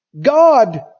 God